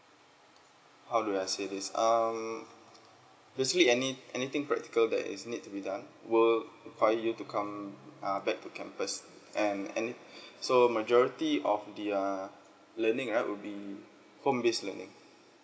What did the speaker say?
how do I say this um basically any anything practical that is need to be done will require you to come uh back to campus and any so majority of the uh learning right will be home based learning